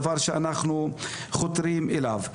דבר שאנחנו חותרים אליו.